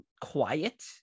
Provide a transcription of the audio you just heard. quiet